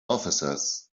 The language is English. officers